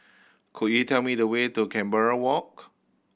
could you tell me the way to Canberra Walk